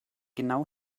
genau